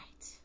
Right